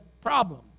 problem